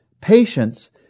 Patience